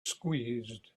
squeezed